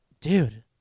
dude